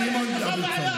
חבר הכנסת סימון דוידסון.